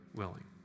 willing